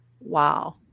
wow